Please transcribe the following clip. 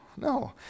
no